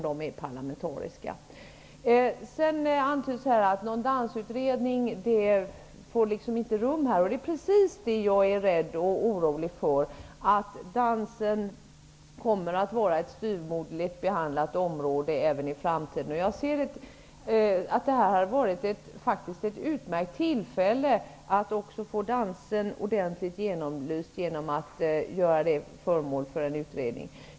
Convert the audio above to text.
Det antyds att en dansutredning inte får rum. Jag är rädd och orolig för att dansen kommer att utgöra ett styvmoderligt behandlat område även i framtiden. Att göra dansen till föremål för en utredning hade varit ett utmärkt tillfälle att få den ordentligt genomlyst.